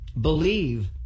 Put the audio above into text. believe